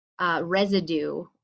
Residue